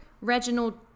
Reginald